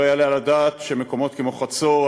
לא יעלה על הדעת שמקומות כמו חצור-הגלילית